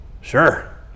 Sure